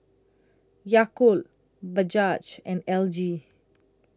Yakult Bajaj and L G